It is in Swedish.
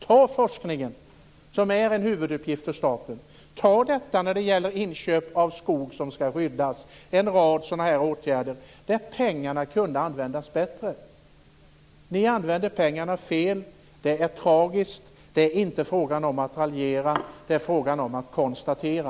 Ta forskningen, som är en huvuduppgift för staten! Ta inköpen av skog som skall räddas! Det finns en rad åtgärder där pengarna kunde användas bättre. Regeringen använder pengarna fel. Det är tragiskt. Det är inte fråga om att raljera - det är fråga om att konstatera.